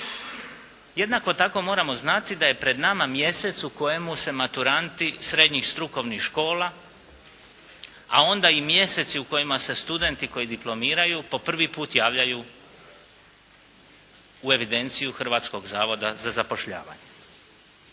Jednako tako moramo znati da je pred nama mjesec u kojemu se maturanti srednjih strukovnih škola, a onda i mjeseci u kojima se studenti koji diplomiraju po prvi put javljaju u evidenciju Hrvatskog zavoda za zapošljavanje.